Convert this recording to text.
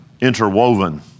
interwoven